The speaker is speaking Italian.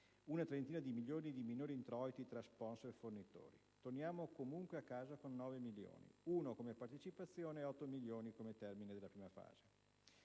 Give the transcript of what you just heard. una trentina di milioni di minori introiti tra *sponsor* e fornitori. Torniamo comunque a casa con 9 milioni (1 milione come partecipazione e 8 milioni per aver terminato la prima fase).